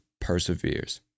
perseveres